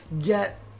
get